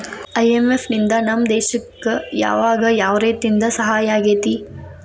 IMF ನಿಂದಾ ನಮ್ಮ ದೇಶಕ್ ಯಾವಗ ಯಾವ್ರೇತೇಂದಾ ಸಹಾಯಾಗೇತಿ?